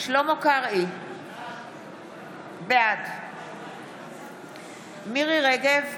שלמה קרעי, בעד מירי מרים רגב,